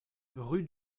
rue